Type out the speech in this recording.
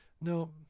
No